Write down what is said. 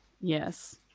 Yes